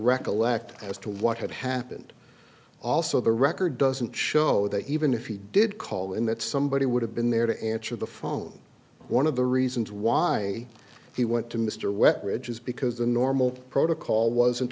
recollect as to what had happened also the record doesn't show that even if he did call in that somebody would have been there to answer the phone one of the reasons why he went to mr wet ridge is because the normal protocol wasn't